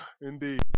Indeed